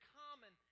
common